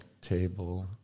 table